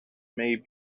may